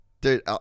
dude